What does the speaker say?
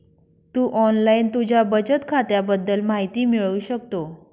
तू online तुझ्या बचत खात्याबद्दल माहिती मिळवू शकतो